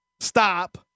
stop